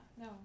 No